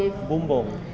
bumbung